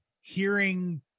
hearing